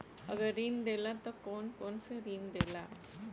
अगर ऋण देला त कौन कौन से ऋण देला?